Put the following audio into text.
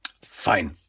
Fine